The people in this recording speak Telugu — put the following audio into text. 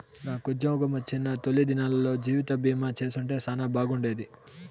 నాకుజ్జోగమొచ్చిన తొలి దినాల్లో జీవితబీమా చేసుంటే సానా బాగుండేది